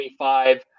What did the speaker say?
25